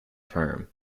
term